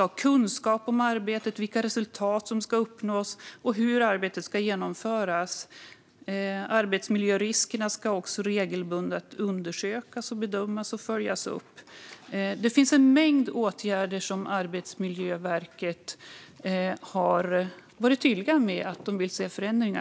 och kunskap om arbetet, vilka resultat som ska uppnås och hur arbetet ska genomföras. Arbetsmiljöriskerna ska också regelbundet undersökas, bedömas och följas upp. Det finns en mängd åtgärder där Arbetsmiljöverket har varit tydliga med att de vill se förändringar.